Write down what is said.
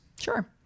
Sure